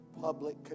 public